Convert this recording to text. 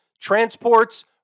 Transport's